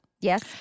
Yes